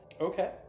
okay